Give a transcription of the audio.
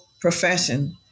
profession